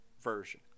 version